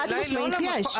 חד משמעית יש.